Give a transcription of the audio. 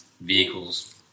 vehicles